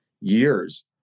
years